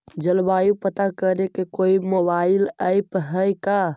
जलवायु पता करे के कोइ मोबाईल ऐप है का?